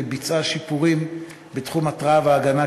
וביצעה שיפורים בתחום ההתרעה וההגנה,